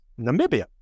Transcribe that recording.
Namibia